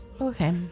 Okay